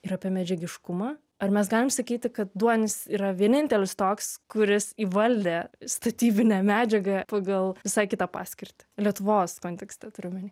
ir apie medžiagiškumą ar mes galim sakyti kad duonis yra vienintelis toks kuris įvaldė statybinę medžiagą pagal visai kitą paskirtį lietuvos kontekste turiu omeny